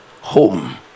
home